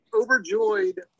overjoyed